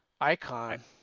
Icon